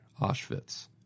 Auschwitz